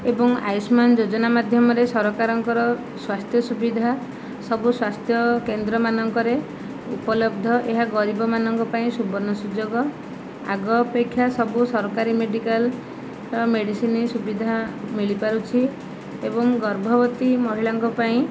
ଏବଂ ଆୟୁଷ୍ମାନ ଯୋଜନା ମାଧ୍ୟମରେ ସରକାରଙ୍କର ସ୍ୱାସ୍ଥ୍ୟ ସୁବିଧା ସବୁ ସ୍ୱାସ୍ଥ୍ୟକେନ୍ଦ୍ରମାନଙ୍କରେ ଉପଲବ୍ଧ ଏହା ଗରିବମାନଙ୍କ ପାଇଁ ସୁବର୍ଣ୍ଣ ସୁଯୋଗ ଆଗ ଅପେକ୍ଷା ସବୁ ସରକାରୀ ମେଡ଼ିକାଲ୍ରେ ମେଡ଼ିସିନ୍ ସୁବିଧା ମିଳିପାରୁଛି ଏବଂ ଗର୍ଭବତୀ ମହିଳାଙ୍କ ପାଇଁ